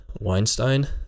Weinstein